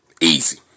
easy